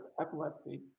epilepsy